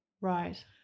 Right